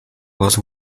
was